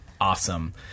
Awesome